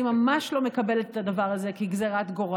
אני ממש לא מקבלת את הדבר הזה כגזרת גורל.